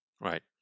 Right